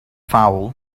foul